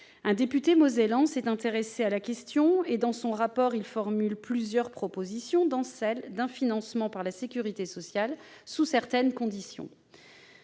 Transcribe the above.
Un député mosellan s'est intéressé à la question. Dans son rapport, il formule plusieurs propositions, dont celle d'un financement par la sécurité sociale, sous certaines conditions,